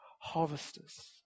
harvesters